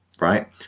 Right